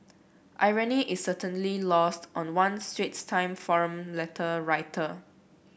irony is certainly lost on one Straits Time forum letter writer